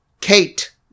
Kate